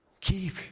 keep